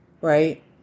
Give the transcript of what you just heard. right